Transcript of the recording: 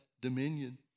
dominion